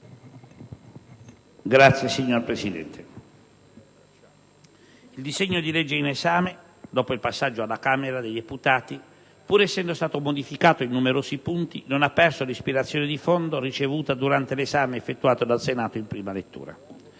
*relatore*. Signora Presidente, il disegno di legge in esame, dopo il passaggio alla Camera dei deputati, pur essendo stato modificato in numerosi punti, non ha perso l'ispirazione di fondo ricevuta durante l'esame effettuato dal Senato in prima lettura.